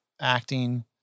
acting